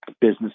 business